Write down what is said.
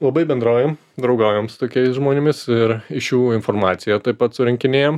labai bendraujam draugaujam su tokiais žmonėmis ir iš jų informaciją taip pat surinkinėjam